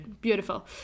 Beautiful